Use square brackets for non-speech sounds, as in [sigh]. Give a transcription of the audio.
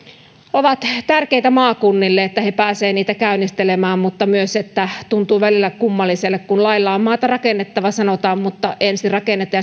ovat tärkeitä maakunnille että ne pääsevät niitä käynnistelemään mutta myös tuntuu välillä kummalliselle kun laeilla on maata rakennettava sanotaan mutta ensin rakennetaan [unintelligible]